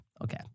okay